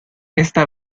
esta